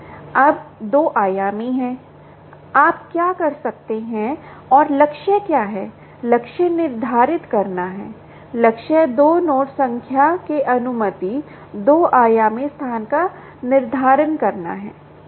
अब 2 आयामी तो आप क्या कर सकते हैं और लक्ष्य क्या है लक्ष्य निर्धारित करना है लक्ष्य 2 नोड संख्या के अनुमानित 2 आयामी स्थान का निर्धारण करना है